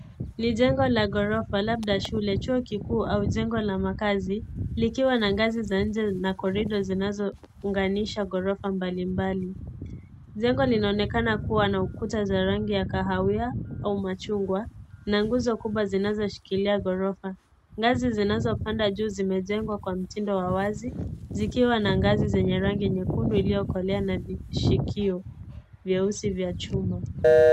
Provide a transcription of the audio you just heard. Ni jengo la gorofa labda shule, chuo kikuu au jengo la makazi likiwa ngazi za nje na korido zilizounganisha gorofa mbalimbali ,jengo linaonekana kuwa na ukuta wa rangi ya kahawia au machungwa na nguzo kubwa zinazoshikilia gorofa ,ngazi zinazo panda juu zimejengwa kwa mtindo wa wazi zikiwa na ngazi zenye rangi nyekudu iliyokolea vishikio vyeusi vya chuma.